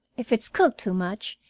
if it's cooked too much,